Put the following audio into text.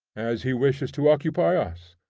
as he wishes to occupy us.